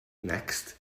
next